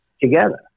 together